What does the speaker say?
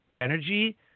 energy